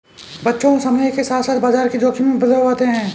बच्चों समय के साथ साथ बाजार के जोख़िम में बदलाव आते हैं